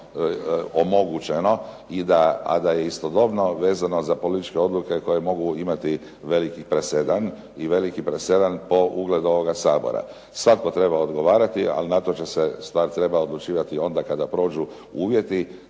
omogućeno a da je istodobno vezano za političke odluke koje mogu imati veliki presedan i veliki presedan po ugled ovoga Sabora. Svatko treba odgovarati ali na to će se, stvar treba odlučivati onda kada prođu uvjeti